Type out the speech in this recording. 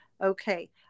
Okay